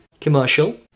commercial